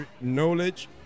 knowledge